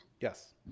Yes